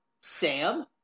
Sam